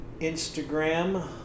Instagram